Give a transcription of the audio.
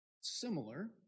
similar